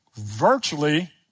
virtually